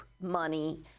money